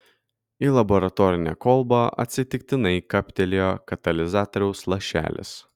į laboratorinę kolbą atsitiktinai kaptelėjo katalizatoriaus lašelis